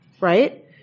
right